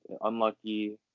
unlucky